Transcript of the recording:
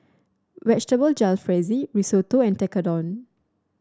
Vegetable Jalfrezi Risotto and Tekkadon